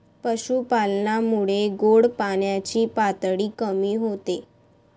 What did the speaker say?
पशुपालनामुळे गोड पाण्याची पातळी कमी होते